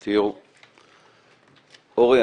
אורי,